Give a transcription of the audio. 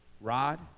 Rod